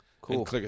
Cool